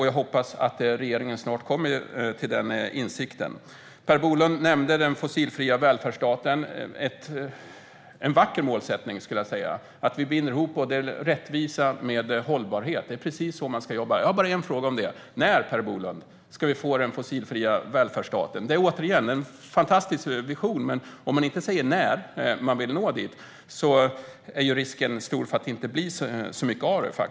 Jag hoppas att regeringen snart kommer till den insikten. Per Bolund nämnde den fossilfria välfärdsstaten. Det är en vacker målsättning att vi binder ihop rättvisa och hållbarhet. Det är precis så man ska jobba. Jag har bara en fråga om det: När, Per Bolund, ska vi få den fossilfria välfärdsstaten? Det är en fantastisk vision, men om man inte säger när man vill nå dit är risken stor för att det inte blir så mycket av det hela.